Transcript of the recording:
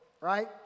right